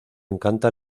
encanta